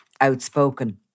outspoken